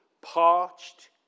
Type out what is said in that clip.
Parched